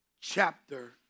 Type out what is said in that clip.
chapter